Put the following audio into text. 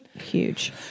Huge